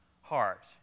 heart